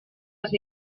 les